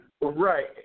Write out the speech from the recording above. Right